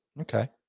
Okay